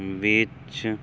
ਵਿੱਚ